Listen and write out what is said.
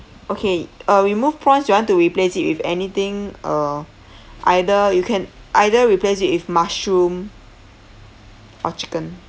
okay uh remove prawns you want to replace it with anything uh either you can either replace it with mushroom or chicken